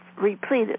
replete